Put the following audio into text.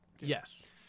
Yes